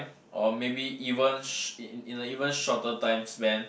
or maybe even sh~ in in a even shorter time span